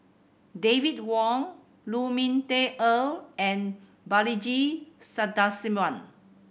David Wong Lu Ming Teh Earl and Balaji Sadasivan